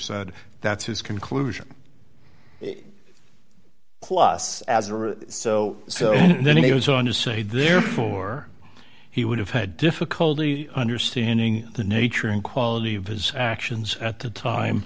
said that's his conclusion plus as or so so then he goes on to say therefore he would have had difficulty understanding the nature and quality of his actions at the time